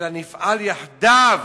אלא נפעל יחדיו",